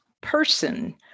person